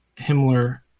Himmler